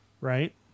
right